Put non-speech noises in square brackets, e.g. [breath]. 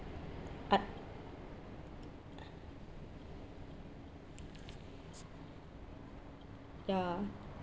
ah [breath] ya